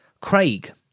Craig